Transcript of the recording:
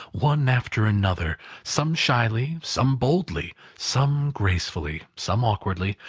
one after another some shyly, some boldly, some gracefully, some awkwardly,